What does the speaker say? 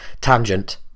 tangent